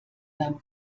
beim